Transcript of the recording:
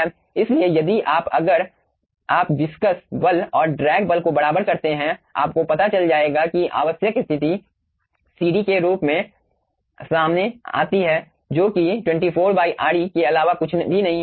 इसलिए यदि आप अगर आप विस्कस बल और ड्रैग बल को बराबर करते हैं आपको पता चल जाएगा कि आवश्यक स्थिति CD के रूप में सामने आती है जो कि है 24 Re के अलावा कुछ भी नहीं